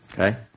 Okay